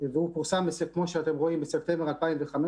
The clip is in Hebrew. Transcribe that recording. והוא פורסם, כמו שאתם רואים, בספטמבר 2015,